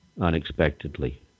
unexpectedly